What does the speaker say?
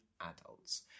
adults